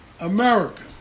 America